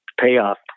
payoff